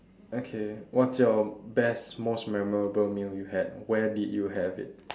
okay what's your best most memorable meal you had where did you have it